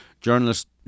journalists